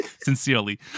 sincerely